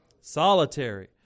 Solitary